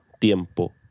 tiempo